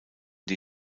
die